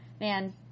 Man